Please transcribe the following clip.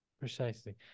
Precisely